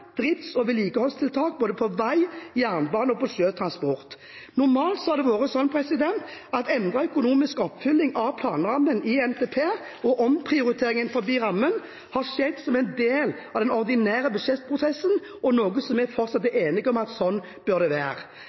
drifts- og vedlikeholdstiltak for vei, jernbane og sjøtransport. Normalt har det vært sånn at endret økonomisk oppfølging av planrammen i NTP og omprioritering innenfor rammen har skjedd som en del av den ordinære budsjettprosessen, og vi er fortsatt enige om at sånn bør det være.